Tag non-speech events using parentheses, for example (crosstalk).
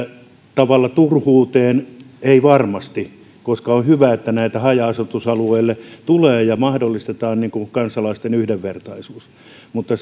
tavalla turhuuteen ei varmasti koska on hyvä että näitä haja asutusalueille tulee ja mahdollistetaan kansalaisten yhdenvertaisuus mutta (unintelligible)